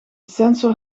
sensor